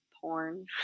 porn